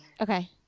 Okay